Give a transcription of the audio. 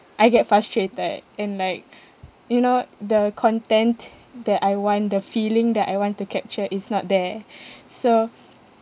I get frustrated and like you know the content that I want the feeling that I want to capture is not there so